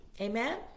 Amen